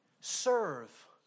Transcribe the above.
serve